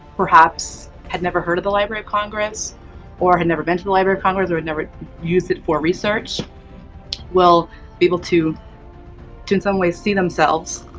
perhaps had never heard of the library of congress or had never been to the library of congress or had never used it for research will be able to to in some ways see themselves